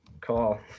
call